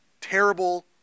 terrible